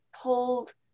pulled